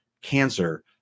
cancer